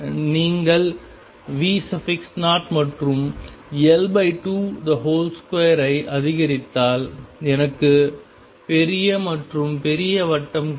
நீங்கள் V0மற்றும் L22 ஐ அதிகரித்தால் எனக்கு பெரிய மற்றும் பெரிய வட்டம் கிடைக்கும்